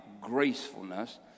gracefulness